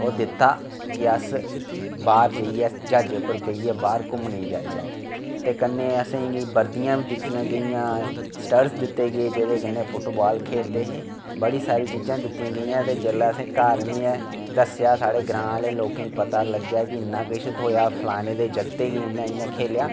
ओह् दित्ता कि अस बाहर जाइयै ज्हाजै उप्पर बेहियै बाहर धूमने गी जाह्चै ते कन्नै अंसेगी बर्दियां बी दित्तियां गेइयां सटरफ दित्ते गे जेह्दे कन्नै फुटबाल खेलदे है बड़ी सारी चीजां दित्तियां गेइयां ते जिसलै असें घर आह्नियै दस्सेआ साढ़े ग्रां आहले लोकें गी पता लग्गेआ गी इन्ना किश थ्होआ फलाने दे जगते गी उनें इयां खेल्लेआ